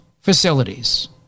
facilities